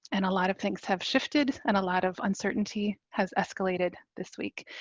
and a lot of things have shifted and a lot of uncertainly has escalated this week.